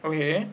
okay